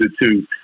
Institute